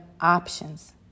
options